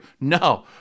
No